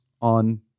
on